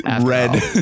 red